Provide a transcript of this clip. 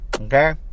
okay